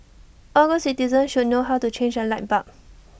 all good citizens should know how to change A light bulb